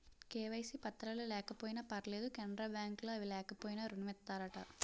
KYC పత్రాలు లేకపోయినా పర్లేదు కెనరా బ్యాంక్ లో అవి లేకపోయినా ఋణం ఇత్తారట